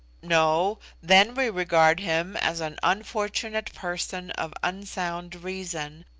no then we regard him as an unfortunate person of unsound reason,